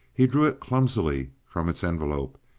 he drew it clumsily from its envelope,